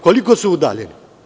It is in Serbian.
Koliko su udaljeni?